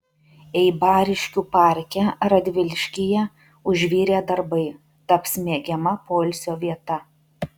eibariškių parke radviliškyje užvirė darbai taps mėgiama poilsio vieta